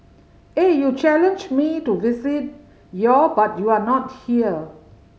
eh you challenged me to visit your but you are not here